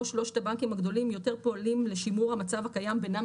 שלושת הבנקים הגדולים יותר פועלים לשימור המצב הקיים בינם